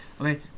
Okay